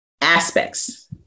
aspects